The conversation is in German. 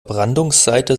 brandungsseite